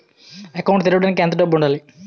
Account తెరవడానికి ఎంత డబ్బు ఉండాలి?